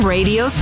Radio